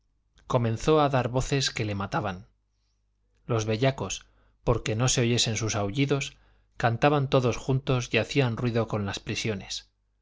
comenzó a dar voces que le mataban los bellacos porque no se oyesen sus aullidos cantaban todos juntos y hacían ruido con las prisiones